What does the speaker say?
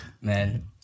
man